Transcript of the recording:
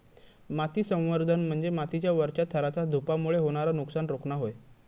माती संवर्धन म्हणजे मातीच्या वरच्या थराचा धूपामुळे होणारा नुकसान रोखणा होय